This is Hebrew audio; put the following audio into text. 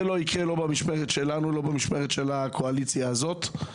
זה לא יקרה במשמרת שלנו ולא במשמרת של הקואליציה הזאת.